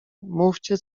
mówcie